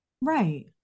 Right